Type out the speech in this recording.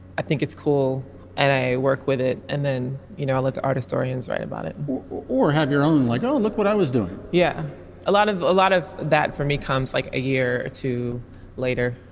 i think it's cool and i work with it. and then you know i let the art historians write about it or have your own like oh look what i was doing yeah a lot of a lot of that for me comes like a year or two later.